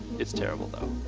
it's terrible though.